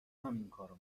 همینکارو